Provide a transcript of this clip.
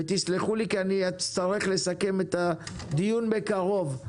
ותסלחו לי כי אני אצטרך לסכם את הדיון בקרוב.